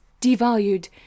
devalued